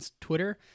Twitter